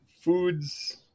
foods